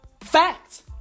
Fact